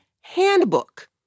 handbook